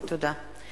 תודה.